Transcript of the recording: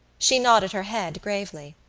she nodded her head gravely.